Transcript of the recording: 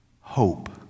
hope